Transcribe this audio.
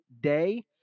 day